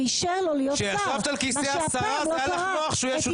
ואישר לו להיות שר מה שהפעם לא קרה.